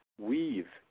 weave